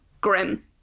grim